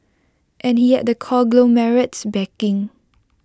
and he had the conglomerate's backing